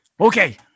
Okay